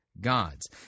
Gods